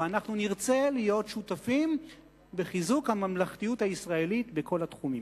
ואנחנו נרצה להיות שותפים בחיזוק הממלכתיות הישראלית בכל התחומים.